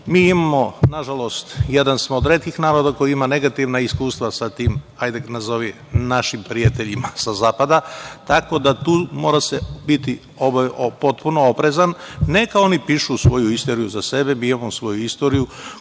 Mi imamo, na žalost, jedan smo od retkih naroda koji ima negativna iskustva sa tim, ajde nazovi našim prijateljima sa zapada, tako da se tu mora biti potpuno oprezan. Neka oni pišu svoju istoriju za sebe. Mi imamo svoju istoriju